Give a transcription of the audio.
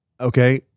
Okay